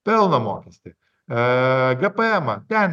pelno mokestį a gpm